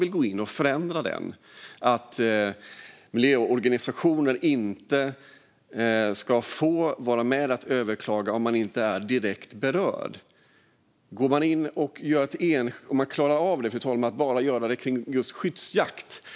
Miljöorganisationer ska därigenom inte få vara med och överklaga om de inte är direkt berörda. Det vore en sak om man klarar av att bara göra en förändring avseende skyddsjakt, fru talman.